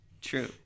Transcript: true